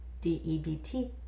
D-E-B-T